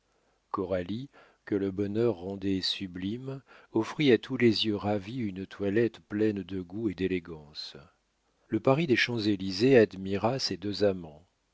coralie que le bonheur rendait sublime offrit à tous les yeux ravis une toilette pleine de goût et d'élégance le paris des champs-élysées admira ces deux amants